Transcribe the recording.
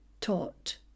taught